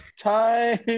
time